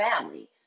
family